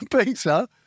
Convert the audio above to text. pizza